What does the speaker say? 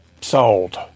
sold